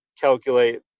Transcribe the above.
calculate